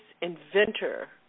inventor